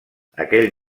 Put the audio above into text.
aquell